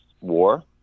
war